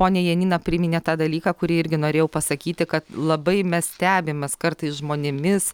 ponia janina priminė tą dalyką kurį irgi norėjau pasakyti kad labai mes stebimės kartais žmonėmis